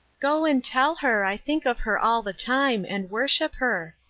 go and tell her i think of her all the time, and worship her.